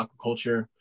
aquaculture